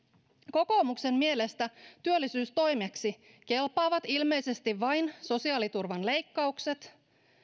kokoomuksen mielestä työllisyystoimiksi kelpaavat ilmeisesti vain sosiaaliturvan leikkaukset